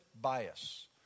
bias